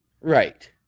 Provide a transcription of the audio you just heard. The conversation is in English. Right